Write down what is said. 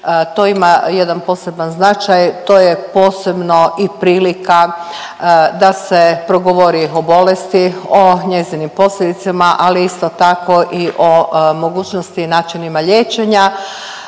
To ima jedan poseban značaj, to je posebno i prilika da se progovori o bolesti, o njezinim posljedicama ali isto tako i o mogućnosti i načinima liječenja,